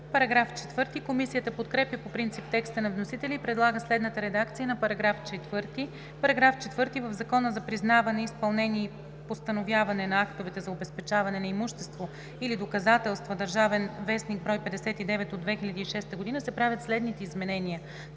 Комисията подкрепя по принцип текста на вносителя и предлага следната редакция на § 4: „§ 4. В Закона за признаване, изпълнение и постановяване на актове за обезпечаване на имущество или доказателства (ДВ, бр. 59 от 2006 г.) се правят следните изменения: